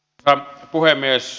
arvoisa puhemies